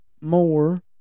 more